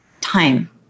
time